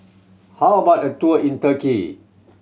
how about a tour in Turkey